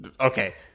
Okay